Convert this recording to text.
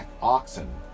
oxen